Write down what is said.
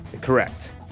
Correct